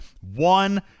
one